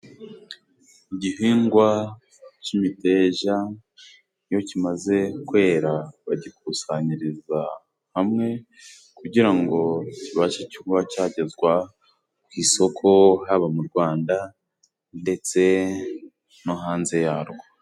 Igihingwa cy'imiteja iyo kimaze kwera bagikusanyiriza hamwe kugira ngo kibashe kuba cyagezwa ku isoko , haba mu Rwanda ndetse no hanze yarwo.